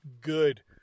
good